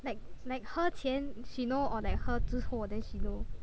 like like 喝前 she know or like 喝之后 then she know